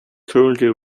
currently